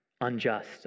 unjust